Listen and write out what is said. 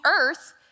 earth